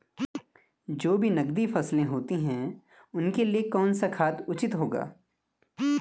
जो भी नकदी फसलें होती हैं उनके लिए कौन सा खाद उचित होगा?